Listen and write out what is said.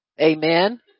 Amen